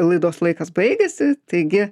laidos laikas baigėsi taigi